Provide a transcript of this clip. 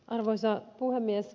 arvoisa puhemies